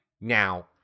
now